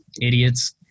idiots